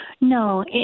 No